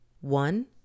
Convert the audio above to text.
One